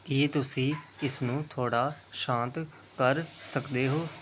ਕੀ ਤੁਸੀਂ ਇਸਨੂੰ ਥੋੜ੍ਹਾ ਸ਼ਾਂਤ ਕਰ ਸਕਦੇ ਹੋ